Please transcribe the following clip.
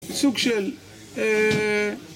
סוג של...אה..